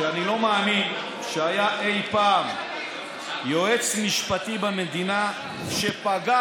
אני לא מאמין שהיה אי פעם יועץ משפטי במדינה שפגע